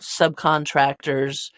subcontractors